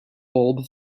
bulb